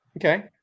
Okay